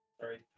Sorry